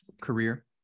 career